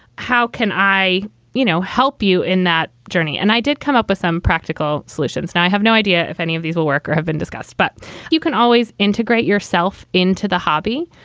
how can i help you know help you in that journey? and i did come up with some practical solutions. now, i have no idea if any of these will work or have been discussed, but you can always integrate yourself into the hobby.